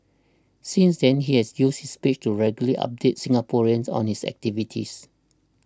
since then he has used his page to regularly update Singaporeans on his activities